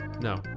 No